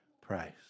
price